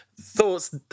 thoughts